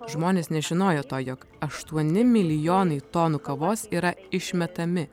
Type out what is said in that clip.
žmonės nežinojo to jog aštuoni milijonai tonų kavos yra išmetami